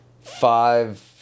five